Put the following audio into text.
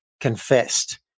confessed